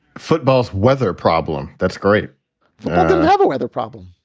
football's weather problem. that's great have a weather problem.